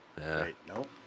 Nope